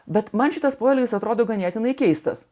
bet man šitas poelgis atrodo ganėtinai keistas